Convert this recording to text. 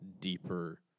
deeper